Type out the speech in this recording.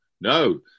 No